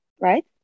right